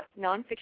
nonfiction